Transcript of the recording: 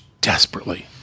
desperately